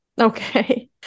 Okay